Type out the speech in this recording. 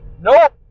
Nope